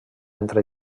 entre